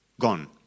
Gone